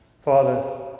father